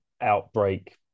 outbreak